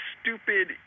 stupid